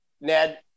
Ned